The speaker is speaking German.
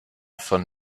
von